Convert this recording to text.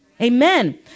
Amen